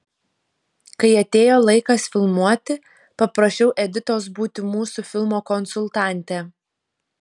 kai atėjo laikas filmuoti paprašiau editos būti mūsų filmo konsultante